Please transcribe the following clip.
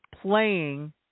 playing